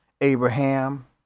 Abraham